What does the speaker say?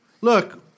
Look